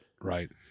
Right